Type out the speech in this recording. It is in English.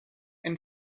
and